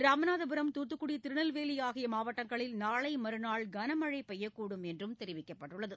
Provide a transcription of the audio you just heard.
ராமநாதபுரம் தூத்துக்குட திருநெல்வேலி ஆகிய மாவட்டங்களில் நாளை மறுநாள் கனமழை பெய்யக்கூடும் என்றும் தெரிவிக்கப்பட்டுள்ளது